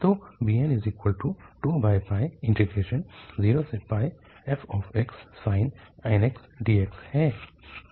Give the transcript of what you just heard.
तो bn20fxsin nx dx है